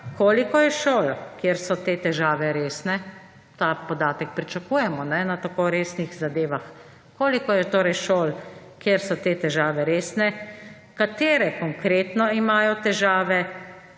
koliko je šol, kjer so te težave resne - ta podatek pričakujemo na tako resnih zadevah. Koliko je torej šol, kjer so te težave resne? Katere konkretno imajo težave,